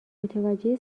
متوجه